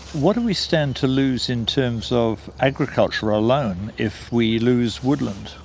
what do we stand to lose in terms of agriculture alone if we lose woodland?